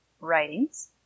writings